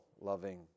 loving